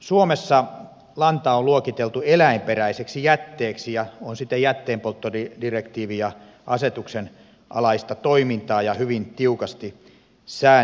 suomessa lanta on luokiteltu eläinperäiseksi jätteeksi ja on siten jätteenpolttodirektiivin ja asetuksen alaista toimintaa ja hyvin tiukasti säänneltyä